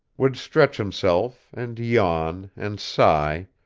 would stretch himself and yawn and sigh,